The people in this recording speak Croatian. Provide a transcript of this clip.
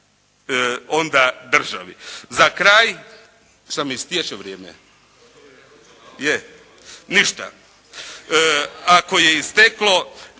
onda državi. Za kraj, šta mi istječe vrijeme? Je. Ništa, ako je isteklo,